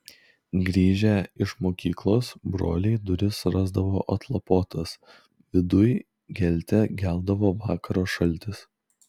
grįžę iš mokyklos broliai duris rasdavo atlapotas viduj gelte geldavo vakaro šaltis